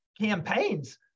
campaigns